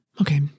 Okay